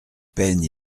peine